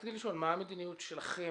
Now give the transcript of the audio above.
רציתי לשאול: מה המדיניות שלכם,